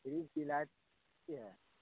fridge کی light کتنی ہے